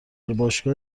باشگاه